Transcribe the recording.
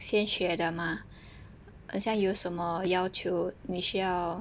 先学的吗很想有什么要求你需要